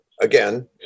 again